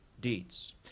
deeds